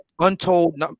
untold